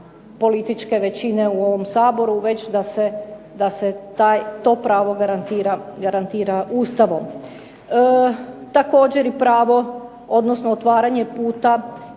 političke većine u ovom Saboru već da se to pravo garantira Ustavom. Također pravo odnosno otvaranje puta